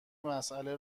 مساله